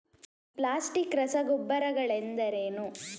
Plastic ರಸಗೊಬ್ಬರಗಳೆಂದರೇನು?